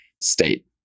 state